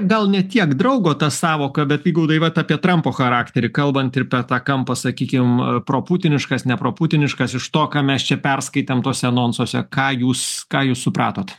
gal ne tiek draugo ta sąvoka bet vygaudai vat apie trampo charakterį kalbant ir tą kampą sakykim proputiniškas neproputiniškas iš to ką mes čia perskaitem tuose anonsuose ką jūs ką jūs supratot